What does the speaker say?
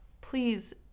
please